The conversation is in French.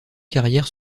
carrières